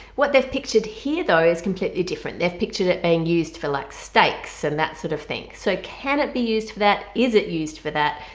what they've pictured here though is completely different they've pictured it being and used for like steaks and that sort of thing. so can it be used for that? is it used for that?